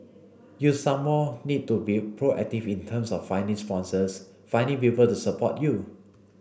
you some more need to be proactive in terms of finding sponsors finding people to support you